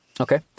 Okay